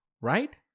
Right